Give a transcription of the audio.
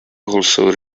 also